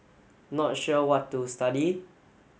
not sure what to study